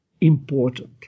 important